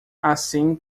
assim